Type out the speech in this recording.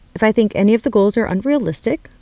if i think any of the goals are unrealistic,